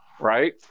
right